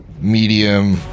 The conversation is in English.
medium